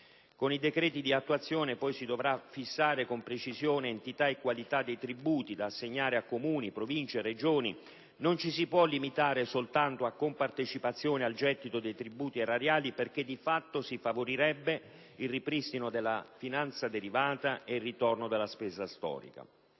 Con i decreti di attuazione poi si dovrà fissare con precisione entità e qualità dei tributi da assegnare a Comuni, Province e Regioni; non ci si può limitare soltanto a compartecipazione al gettito dei tributi erariali, perché di fatto si favorirebbe il ripristino della finanza derivata e il ritorno della spesa storica.